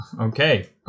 Okay